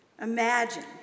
Imagine